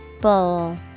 Bowl